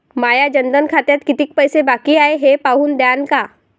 माया जनधन खात्यात कितीक पैसे बाकी हाय हे पाहून द्यान का?